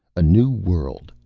a new world,